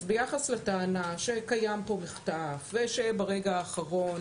אז ביחס לטענה שקיים פה מחטף ושברגע האחרון